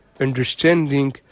understanding